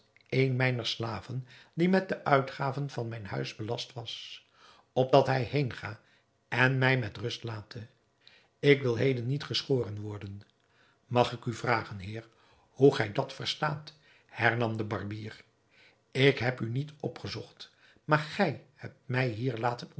een mijner slaven die met de uitgaven van mijn huis belast was opdat hij heenga en mij met rust late ik wil heden niet geschoren worden mag ik u vragen heer hoe gij dat verstaat hernam de barbier ik heb u niet opgezocht maar gij hebt mij hier laten